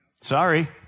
Sorry